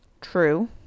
True